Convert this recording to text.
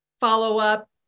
follow-up